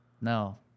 No